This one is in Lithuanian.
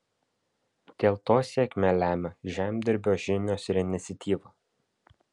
dėl to sėkmę lemia žemdirbio žinios ir iniciatyva